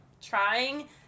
trying